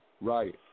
Right